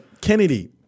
Kennedy